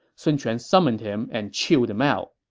sun quan summoned him and chewed him out